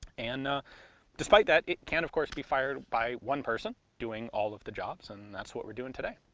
and despite that it can of course be fired by one person doing all of the jobs, and that's what we're doing today.